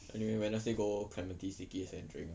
anyway wednesday go clementi Stickies and drink ah